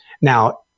Now